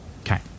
Okay